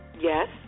Yes